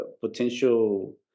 potential